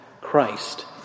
Christ